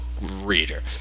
reader